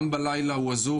גם בלילה הוא אזוק,